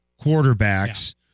quarterbacks